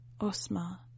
Osma